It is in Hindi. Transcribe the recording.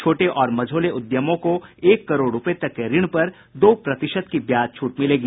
छोटे और मझोले उद्यमों को एक करोड़ रुपये तक के ऋण पर दो प्रतिशत की ब्याज छूट मिलेगी